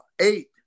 eight